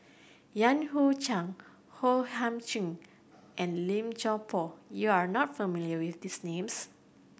Yan Hui Chang O Thiam Chin and Lim Chuan Poh you are not familiar with these names